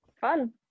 Fun